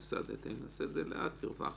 הפסדתם, נעשה לאט, "הרווחתם".